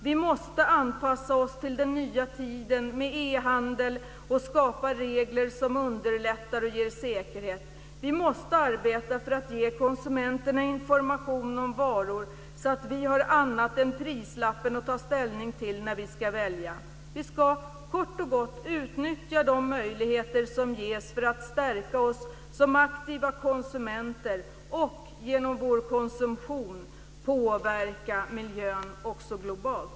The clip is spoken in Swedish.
Vi måste anpassa oss till den nya tiden med e-handel och skapa regler som underlättar och ger säkerhet. Vi måste arbeta för att ge konsumenterna information om varor så att vi har annat än prislappen att ta ställning till när vi ska välja. Vi ska kort och gott utnyttja de möjligheter som ges för att stärka oss som aktiva konsumenter och genom vår konsumtion påverka miljön också globalt.